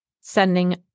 sending